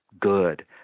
Good